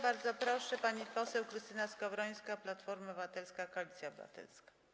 Bardzo proszę, pani poseł Krystyna Skowrońska, Platforma Obywatelska - Koalicja Obywatelska.